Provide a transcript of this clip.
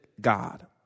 God